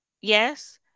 yes